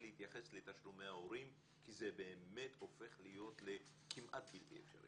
להתייחס לתשלומי ההורים כי זה באמת הופך להיות לכמעט בלתי אפשרי.